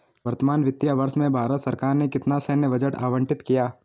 वर्तमान वित्तीय वर्ष में भारत सरकार ने कितना सैन्य बजट आवंटित किया?